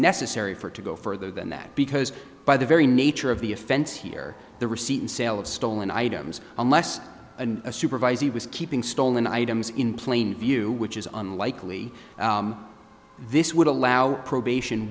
necessary for it to go further than that because by the very nature of the offense here the receipt and sale of stolen items unless a supervisee was keeping stolen items in plain view which is unlikely this would allow probation